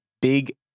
big